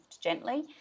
gently